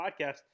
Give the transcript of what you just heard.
podcast